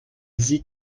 sie